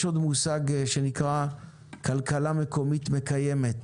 יש מושג שנקרא "כלכלה מקומית מקיימת"